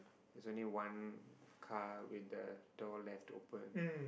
there's only one car with the door left open